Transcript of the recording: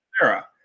Sarah